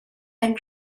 and